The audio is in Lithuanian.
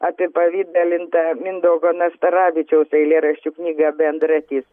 apipavidalintą mindaugo nastaravičiaus eilėraščių knygą bendratis